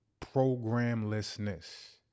programlessness